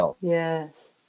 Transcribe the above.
Yes